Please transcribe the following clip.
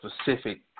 specific